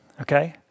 okay